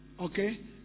Okay